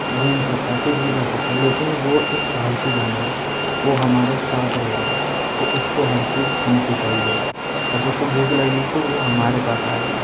گھوم سکتا کچھ بھی کر سکتا لیکن وہ ایک پالتو جانور ہے وہ ہمارے ساتھ رہ رہا ہے تو اُس کو ہر چیز ہم سے چاہیے ہوگی اور جو اُس کو بُھوک لگے گی تو وہ ہمارے پاس آئے گا